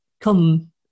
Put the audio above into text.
come